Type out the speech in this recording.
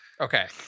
Okay